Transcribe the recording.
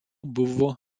buvo